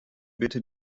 bitte